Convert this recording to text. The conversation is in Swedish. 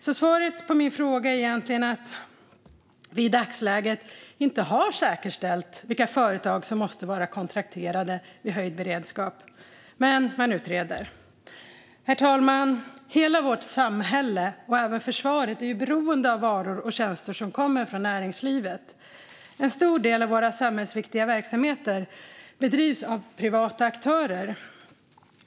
Svaret på min fråga är alltså egentligen att vi i dagsläget inte har säkerställt vilka företag som måste vara kontrakterade med höjd beredskap - men att man utreder. Herr talman! Hela vårt samhälle, och även försvaret, är beroende av varor och tjänster som kommer från näringslivet. En stor del av våra samhällsviktiga verksamheter bedrivs av privata aktörer.